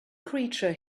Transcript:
creature